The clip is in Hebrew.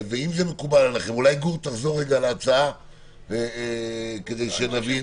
גור, אולי תחזור על ההצעה כדי שנבין.